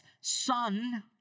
son